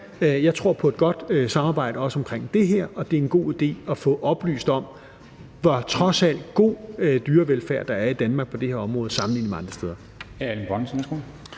jeg tror på et godt samarbejde også omkring det her, og det er en god idé at få oplyst om, hvor trods alt god dyrevelfærd der er i Danmark på det her område sammenlignet med andre steder.